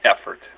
effort